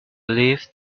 leaf